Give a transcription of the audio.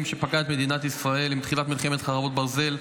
שפקד את מדינת ישראל עם תחילת מלחמת חרבות ברזל,